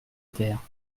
terre